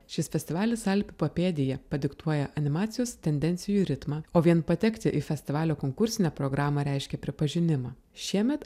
šis festivalis alpių papėdėje padiktuoja animacijos tendencijų ritmą o vien patekti į festivalio konkursinę programą reiškia pripažinimą šiemet